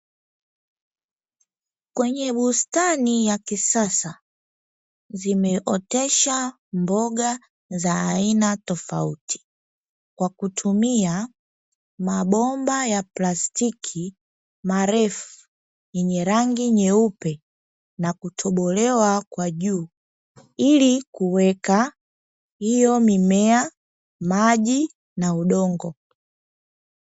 Kwenye bustani ya kisasa, zimeoteshwa mboga za aina tofauti, kwa kutumia mabomba ya plastiki marefu yenye rangi nyeupe na kutobolewa kwa juu, ili kuweka hiyo mimea, maji na udongo.